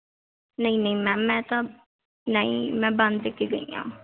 ਨਹੀਂ ਨਹੀਂ ਮੈਮ ਮੈਂ ਤਾਂ ਨਹੀਂ ਮੈਂ ਬੰਦ ਕੇ ਗਈ ਹਾਂ